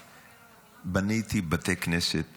בניתי בתי כנסת